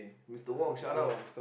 Mister-Wong shut up